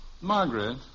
Margaret